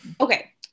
Okay